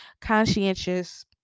conscientious